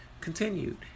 continued